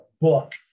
book